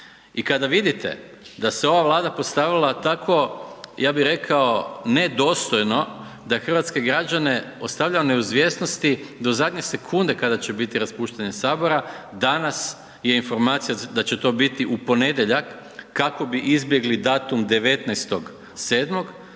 I kada vidite da se ova Vlada postavila tako, ja bih rekao, nedostojno da hrvatske građane ostavlja u neizvjesnosti do zadnje sekunde kada će biti raspuštanje Sabora, danas je informacija da će to biti u ponedjeljak, kako bi izbjegli datum 19.7.,